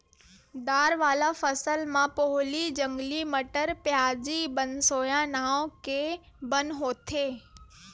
दार वाला फसल म पोहली, जंगली मटर, प्याजी, बनसोया नांव के बन होथे